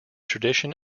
tradition